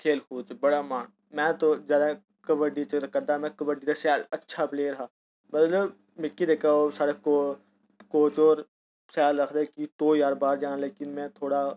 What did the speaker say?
खेल कूद च बड़ा मन में तो जादा कब्बडी च करदा कब्बडी च शैल अच्छा प्लेयर था मतलब मिकी जेह्का साढ़े ओह् कोच होर शैल आखदे कि तू यार बाह्र जा लेकिन में थोह्ड़ा